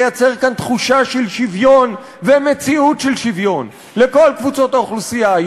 לייצר כאן תחושה של שוויון ומציאות של שוויון לכל קבוצות האוכלוסייה,